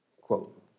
Quote